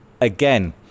again